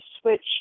switch